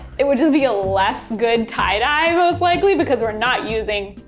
it would just be a less good tie-dye, most likely, because, we're not using